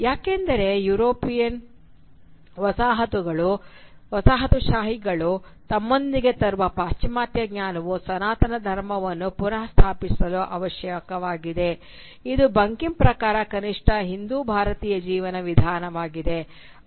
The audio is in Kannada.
ಯಾಕೆಂದರೆ ಯುರೋಪಿಯನ್ ವಸಾಹತುಶಾಹಿಗಳು ತಮ್ಮೊಂದಿಗೆ ತರುವ ಪಾಶ್ಚಿಮಾತ್ಯ ಜ್ಞಾನವು ಸನಾತನ ಧರ್ಮವನ್ನು ಪುನಃ ಸ್ಥಾಪಿಸಲು ಅವಶ್ಯಕವಾಗಿದೆ ಇದು ಬಂಕಿಮ್ ಪ್ರಕಾರ ಕನಿಷ್ಠ ಹಿಂದೂ ಭಾರತೀಯ ಜೀವನ ವಿಧಾನವಾಗಿದೆ